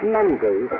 Monday